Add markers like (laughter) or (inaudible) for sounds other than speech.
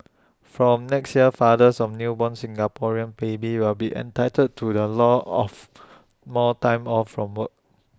(noise) from next year fathers of newborn Singaporean babies will be entitled to the law of more time off from work